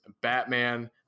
Batman